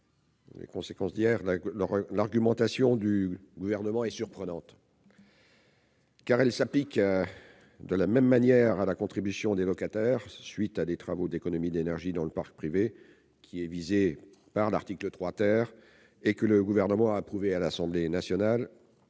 la commission ? L'argumentation du Gouvernement est surprenante, car elle devrait s'appliquer de la même manière à la contribution des locataires à la suite de travaux d'économie d'énergie dans le parc privé, visée à l'article 3 , et que le Gouvernement a approuvé à l'Assemblée nationale